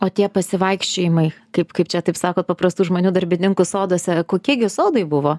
o tie pasivaikščiojimai kaip kaip čia taip sako paprastų žmonių darbininkų soduose kokie gi sodai buvo